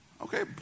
Okay